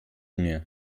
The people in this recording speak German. mir